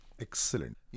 Excellent